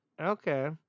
Okay